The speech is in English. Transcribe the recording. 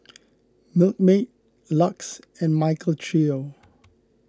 Milkmaid Lux and Michael Trio